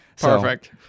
perfect